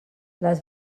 les